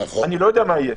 אני לא יודע מה יהיה.